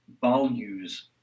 values